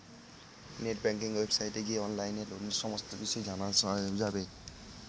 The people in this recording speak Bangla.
নেট ব্যাঙ্কিং ওয়েবসাইটে গিয়ে অনলাইনে লোনের সমস্ত বিষয় জানা যাবে